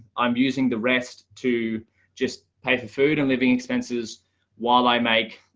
i'm using the rest to just pay for food and living expenses while i make